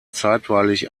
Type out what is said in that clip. zeitweilig